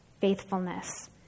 faithfulness